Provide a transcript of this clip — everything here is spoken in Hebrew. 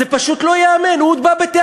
זה פשוט לא ייאמן, הוא עוד בא בטענות.